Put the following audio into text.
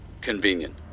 convenient